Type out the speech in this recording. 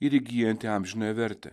ir įgyjanti amžinąją vertę